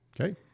Okay